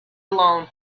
alone